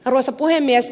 arvoisa puhemies